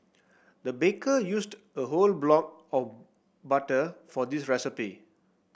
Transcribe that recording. the baker used a whole block of butter for this recipe